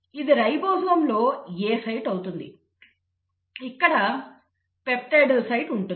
ఇది రైబోజోమ్ లో A site అవుతుంది ఇక్కడ పెప్టిడిల్ సైట్ ఉంటుంది